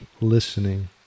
listening